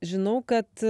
žinau kad